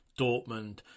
Dortmund